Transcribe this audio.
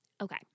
Okay